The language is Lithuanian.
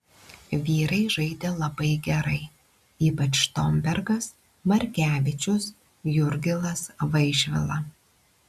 vyrai žaidė labai gerai ypač štombergas markevičius jurgilas vaišvila